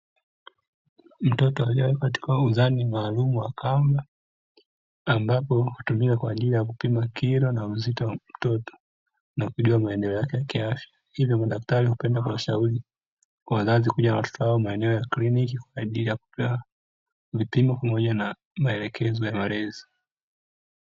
Mtoto aliyewekwa kwenye mzani maalumu wa kamba, ambapo hutumika kwa ajili ya kupima kilo na uzito wa mtoto na kujua maendeleo yake kiafya. Hivyo madaktari hupenda kuwashauri wazazi kuja na watoto wao maeneo ya kliniki kwa ajili ya vipimo pamoja na maelekezo ya malezi.